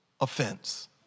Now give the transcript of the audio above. offense